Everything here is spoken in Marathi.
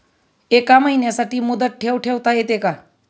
एका महिन्यासाठी मुदत ठेव ठेवता येते का?